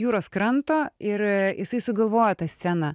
jūros kranto ir jisai sugalvojo tą sceną